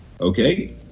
Okay